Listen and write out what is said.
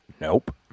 nope